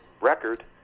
record